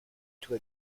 tout